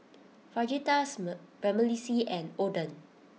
Fajitas Vermicelli and Oden